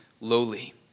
lowly